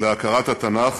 להכרת התנ"ך,